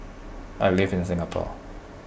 I live in Singapore